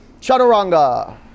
chaturanga